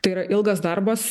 tai yra ilgas darbas